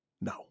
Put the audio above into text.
No